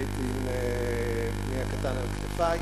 הייתי עם בני הקטן על כתפי,